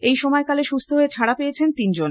এই সময়কালে সুস্থ হয়ে ছাড়া পেয়েছেন তিনজন